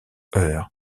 heure